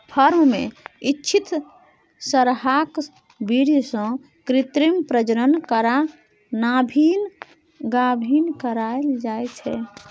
firm मे इच्छित सरहाक बीर्य सँ कृत्रिम प्रजनन करा गाभिन कराएल जाइ छै